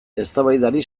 eztabaidari